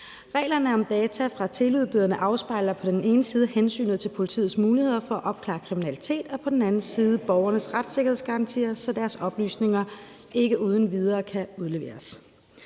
Reglerne om data fra teleudbyderne afspejler på den ene side hensynet til politiets muligheder for at opklare kriminalitet og på den anden side borgernes retssikkerhedsgarantier, så deres oplysninger ikke uden videre kan udleveres.